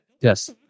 Yes